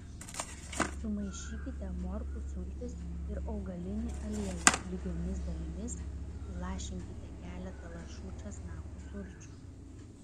sumaišykite morkų sultis ir augalinį aliejų lygiomis dalimis įlašinkite keletą lašų česnakų sulčių